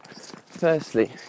Firstly